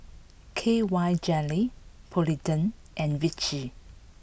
K Y Jelly Polident and Vichy